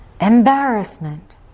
embarrassment